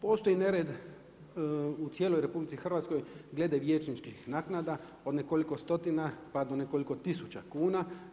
Postoji nered u cijeloj RH glede vijećničkim naknada od nekoliko stotina pa do nekoliko tisuća kuna.